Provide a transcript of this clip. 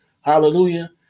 Hallelujah